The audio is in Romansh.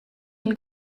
dal